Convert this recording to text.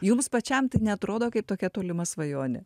jums pačiam tai neatrodo kaip tokia tolima svajonė